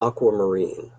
aquamarine